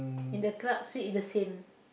in the club suite is the same